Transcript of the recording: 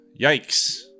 Yikes